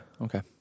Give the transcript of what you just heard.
Okay